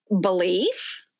belief